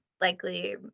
likely